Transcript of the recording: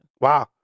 Wow